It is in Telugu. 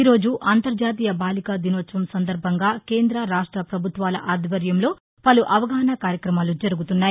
ఈరోజు అంతర్జాతీయ బాలికా దినోత్సవం సందర్బంగా కేంద్ర రాష్ట పభుత్వాల ఆధ్వర్యంలో పలు అవగాహనా కార్యక్రమాలు జరుగుతున్నాయి